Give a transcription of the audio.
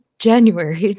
January